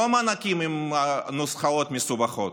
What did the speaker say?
לא מענקים עם נוסחאות מסובכות,